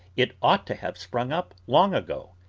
it ought to have sprung up long ago.